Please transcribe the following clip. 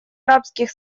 арабских